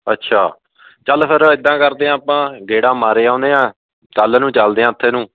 ਅੱਛਾ ਚਲ ਫਿਰ ਇੱਦਾਂ ਕਰਦੇ ਆ ਆਪਾਂ ਗੇੜ੍ਹਾ ਮਾਰੇ ਆਉਂਦੇ ਆ ਕੱਲ ਨੂੰ ਚਲਦੇ ਹਾਂ ਉੱਥੇ ਨੂੰ